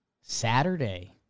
Saturday